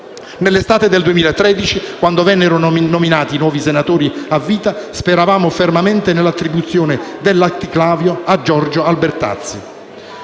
Nell'estate del 2013, quando vennero nominati i nuovi senatori a vita, speravamo fermamente nell'attribuzione del laticlavio a Giorgio Albertazzi.